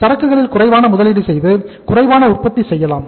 சரக்குகளில் குறைவான முதலீடு செய்து குறைவான உற்பத்தி செய்யலாம்